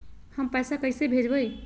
हम पैसा कईसे भेजबई?